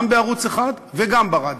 גם בערוץ 1 וגם ברדיו.